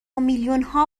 میلیونها